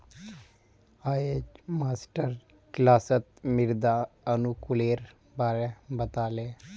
अयेज मास्टर किलासत मृदा अनुकूलेर बारे बता ले